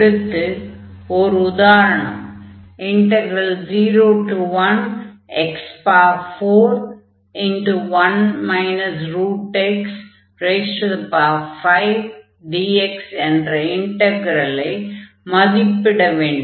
அடுத்து ஓர் உதாரணம் 01x41 x5dx என்ற இன்டக்ரலை மதிப்பிட வேண்டும்